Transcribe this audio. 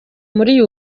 muri